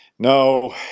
No